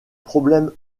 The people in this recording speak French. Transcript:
problèmes